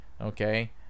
okay